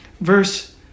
Verse